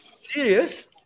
Serious